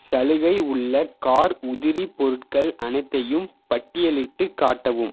சலுகை உள்ள கார் உதிரி பொருட்கள் அனைத்தையும் பட்டியலிட்டுக் காட்டவும்